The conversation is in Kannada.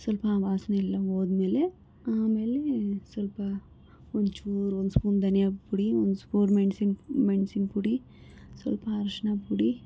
ಸ್ವಲ್ಪ ವಾಸನೆ ಎಲ್ಲ ಹೋದ್ಮೇಲೆ ಆಮೇಲೆ ಸ್ವಲ್ಪ ಒಂಚೂರು ಒಂದು ಸ್ಪೂನ್ ಧನಿಯಾ ಪುಡಿ ಒಂದು ಸ್ಪೂನ್ ಮೆಣ್ಸಿನ ಮೆಣ್ಸಿನ ಪುಡಿ ಸ್ವಲ್ಪ ಅರಿಶ್ನ ಪುಡಿ